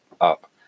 up